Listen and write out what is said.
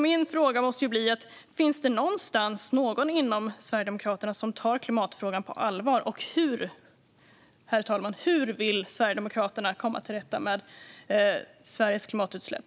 Min fråga måste bli: Finns det någon någonstans inom Sverigedemokraterna som tar klimatfrågan på allvar, och hur vill Sverigedemokraterna komma till rätta med Sveriges klimatutsläpp?